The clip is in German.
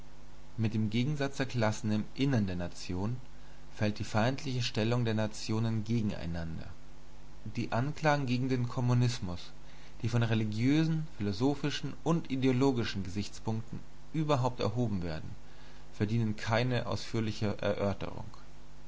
mit dem gegensatz der klassen im innern der nation fällt die feindliche stellung der nationen gegeneinander die anklagen gegen den kommunismus die von religiösen philosophischen und ideologischen gesichtspunkten überhaupt erhoben werden verdienen keine ausführlichere erörterung